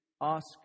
ask